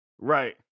Right